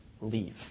leave